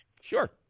Sure